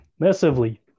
Massively